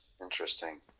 Interesting